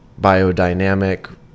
biodynamic